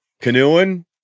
canoeing